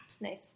Nice